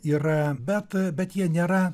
yra bet bet jie nėra